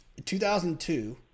2002